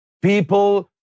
People